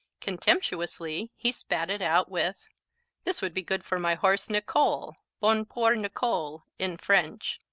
contemptuously he spat it out with this would be good for my horse, nicole. bon pour nicole in french.